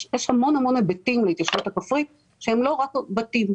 יש המון היבטים להתיישבות הכפרית שהם לא רק בתים.